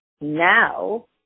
now